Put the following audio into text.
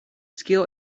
skill